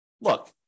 look